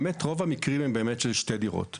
באמת, רוב המקרים הם באמת של שתי דירות.